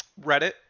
reddit